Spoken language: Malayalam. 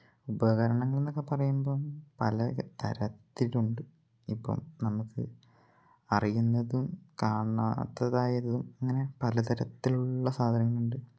ഉപകരണങ്ങൾ എന്നൊക്കെ പറയുമ്പം പല തരത്തിലുണ്ട് ഇപ്പം നമുക്ക് അറിയുന്നതും കാണാത്തതായതും അങ്ങനെ പലതരത്തിലുള്ള സാധനങ്ങളുണ്ട്